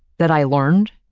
that i learned,